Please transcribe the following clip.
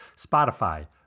Spotify